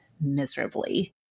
miserably